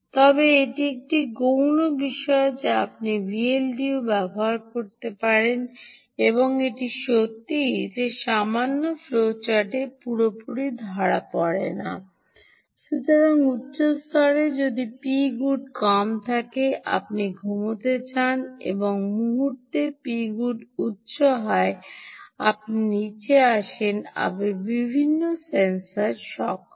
তবে এটি একটি গৌণ বিষয় যা আপনি Vldo ব্যবহার করতে পারেন এবং এটি সত্যই এই সামান্য ফ্লোচার্টে পুরোপুরি ধরা পড়ে না সুতরাং উচ্চ স্তরে যদি Pgood কম থাকে আপনি ঘুমাতে যান এবং মুহূর্তে Pgood উচ্চ হয়ে যায় আপনি নীচে আসেন আপনি বিভিন্ন সেন্সর সক্ষম